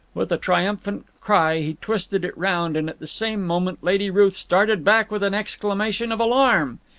with a triumphant cry he twisted it round, and at the same moment lady ruth started back with an exclamation of alarm.